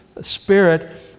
spirit